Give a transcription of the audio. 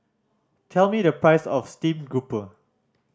tell me the price of steamed grouper